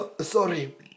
Sorry